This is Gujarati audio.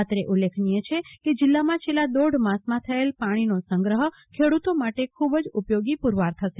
અત્રે ઉલેખનીય છે કે જીલ્લામાં છેલ્લા દોઢ માસમાં થયેલ પાણીનો સંગ્રફ ખેડૂતો માટે ખુબ જ ઉપયોગી પુરવાર થશે